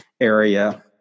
area